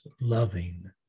loving